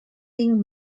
ming